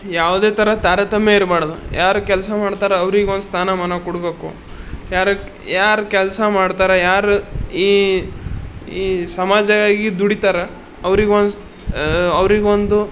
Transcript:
ಯಾವುದೇ ಥರ ತಾರತಮ್ಯ ಇರ್ಬಾಡ್ದು ಯಾರು ಕೆಲಸ ಮಾಡ್ತಾರೋ ಅವ್ರಿಗೊಂದು ಸ್ಥಾನಮಾನ ಕೊಡಬೇಕು ಯಾರಿಗ್ ಯಾರು ಕೆಲಸ ಮಾಡ್ತಾರೋ ಯಾರು ಈ ಈ ಸಮಾಜಗಾಗಿ ದುಡಿತಾರಾ ಅವ್ರಿಗೊಂದು ಅವರಿಗೊಂದು